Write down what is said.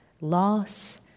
Loss